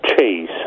Cheese